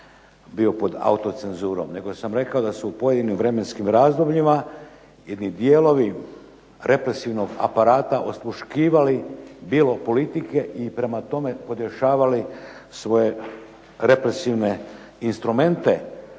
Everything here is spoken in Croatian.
bio pod autocenzurom neko sam rekao da su u pojedinim vremenskim razdobljima jedni dijelovi represivnog aparata osluškivali bilo politike i prema tome podešavali svoje represivne instrumente.